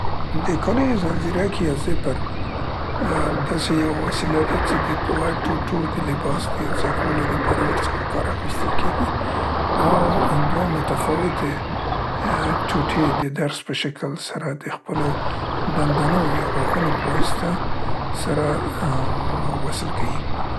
د کالیو ځنځيرک یا زیپر، ا داسې یو وسیله ده څې د دوه ټوټو د لباس د یو ځای کولو دپاره ورڅخه کار اخیستل کیګي او دوه متفاوتې ټوټې د درز په شکل سره د خپلو دندانو یا غاښونو په واسطه سره ا، ا، ام وصل کیي.